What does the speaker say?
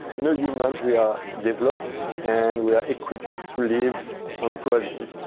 you know, humans we are developed and we are equipped to live on gravity.